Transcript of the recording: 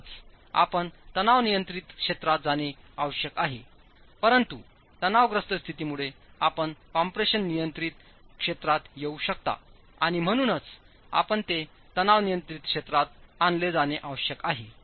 म्हणूनच आपण तणाव नियंत्रित क्षेत्रात जाणे आवश्यक आहे परंतु तणावग्रस्त स्थितीमुळे आपण कम्प्रेशन नियंत्रित क्षेत्रात येऊ शकता आणि म्हणूनच आपण ते तणाव नियंत्रित क्षेत्रात आणले जाणे आवश्यक आहे